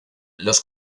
los